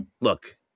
look